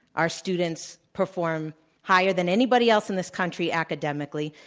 our students perform higher than anybody else in this country academically.